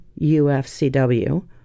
UFCW